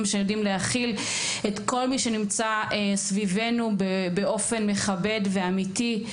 שיודעים להכיל את כל מי שנמצא סביבנו באופן מכבד ואמיתי.